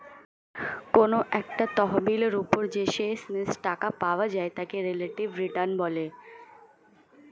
কোনো একটা তহবিলের উপর যে শেষমেষ টাকা পাওয়া যায় তাকে রিলেটিভ রিটার্ন বলে